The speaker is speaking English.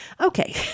Okay